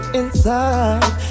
inside